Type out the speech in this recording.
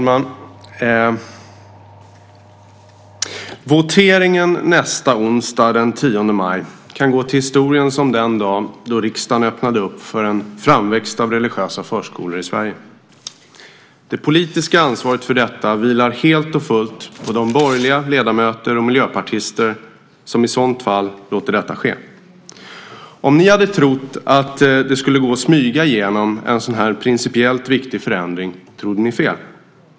Fru talman! Nästa onsdag, den 10 maj, kan gå till historien som den dag då riksdagen öppnade för en framväxt av religiösa friskolor i Sverige. Det politiska ansvaret för detta vilar helt och fullt på de borgerliga ledamöter och miljöpartister som i så fall låter detta ske. Om ni hade trott att det skulle gå att smyga igenom en sådan här principiellt viktig förändring trodde ni fel.